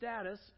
status